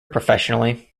professionally